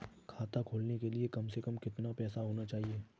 खाता खोलने के लिए कम से कम कितना पैसा होना चाहिए?